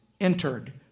entered